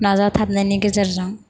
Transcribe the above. नाजाथाबनायनि गेजेरजों